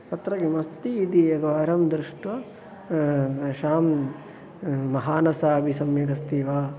तत्र किमस्ति इति एकवारं दृष्ट्वा शां महानसोपि सम्यगस्ति वा